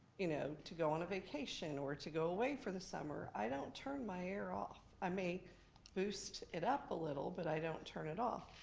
you know, to go on a vacation or to go away for the summer, i don't turn my air off. i may boost it up a little, but i don't turn it off.